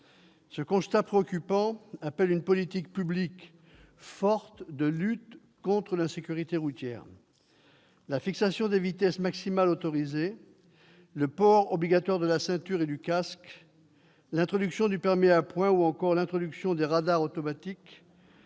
Ce constat préoccupant appelle une politique publique forte de lutte contre l'insécurité routière. La fixation des vitesses maximales autorisées, le port obligatoire de la ceinture et du casque, l'introduction du permis à points, ou encore l'introduction des radars automatiques